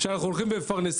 שאנחנו הולכים ומפרנסים?